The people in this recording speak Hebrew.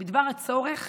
בדבר הצורך